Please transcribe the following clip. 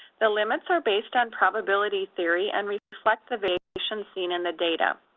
the limits are based on probability theory and the variations seen in the data.